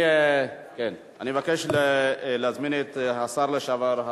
מבקש להזמין את השר לשעבר,